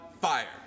fire